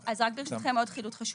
ברשותכם, עוד חידוד חשוב.